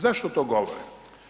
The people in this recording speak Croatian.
Zašto to govorim?